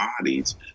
bodies